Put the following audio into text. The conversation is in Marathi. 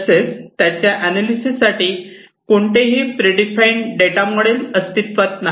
तसेच त्याच्या अनालिसेस साठी कोणतेही प्रिडिफाइन डेटा मॉडेल अस्तित्वात नाही